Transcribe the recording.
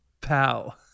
Pal